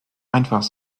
einfach